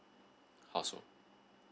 household